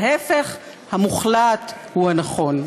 ההפך המוחלט הוא הנכון.